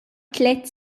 tliet